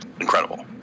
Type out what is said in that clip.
incredible